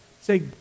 say